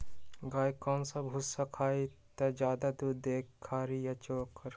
गाय कौन सा भूसा खाई त ज्यादा दूध दी खरी या चोकर?